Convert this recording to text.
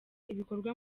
ibikorwa